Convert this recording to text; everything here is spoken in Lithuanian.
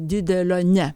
didelio ne